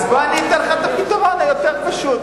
אז בוא, אני אתן לך את הפתרון היותר פשוט.